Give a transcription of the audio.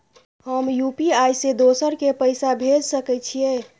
हम यु.पी.आई से दोसर के पैसा भेज सके छीयै?